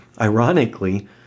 ironically